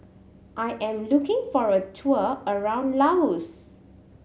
I am looking for a tour around Laos